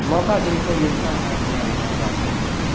मौका जिनको मिलता है अपना वहाँ जाते हैं